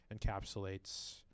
encapsulates